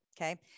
okay